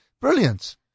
Brilliant